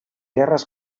guerres